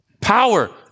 Power